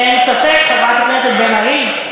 אין ספק, חברת הכנסת בן ארי.